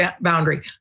boundary